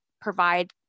provide